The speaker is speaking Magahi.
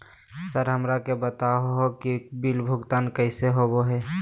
सर हमरा के बता हो कि बिल भुगतान कैसे होबो है?